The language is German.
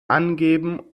angeben